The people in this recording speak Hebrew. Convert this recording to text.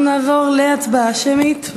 אנחנו נעבור להצבעה שמית.